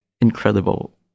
Incredible